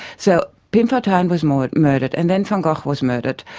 so pim fortuyn and was murdered murdered and then van gogh was murdered.